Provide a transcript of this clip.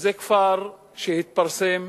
זה כפר שהתפרסם